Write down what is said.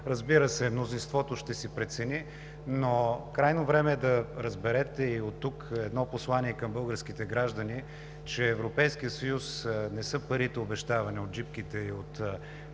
Разбира се, мнозинството ще си прецени, но крайно време е да разберете – и оттук едно послание към българските граждани: Европейският съюз не са парите, обещавани от джипките и по